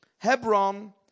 Hebron